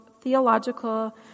theological